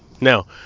Now